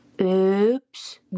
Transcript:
oops